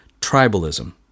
tribalism